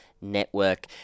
Network